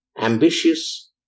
ambitious